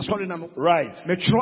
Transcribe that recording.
right